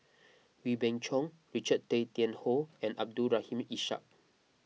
Wee Beng Chong Richard Tay Tian Hoe and Abdul Rahim Ishak